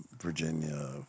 Virginia